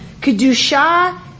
Kedusha